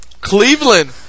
Cleveland